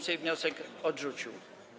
Sejm wniosek odrzucił.